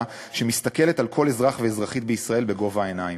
שמסתכלת על כל אזרח ואזרחית בישראל בגובה העיניים,